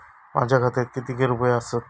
माझ्या खात्यात कितके रुपये आसत?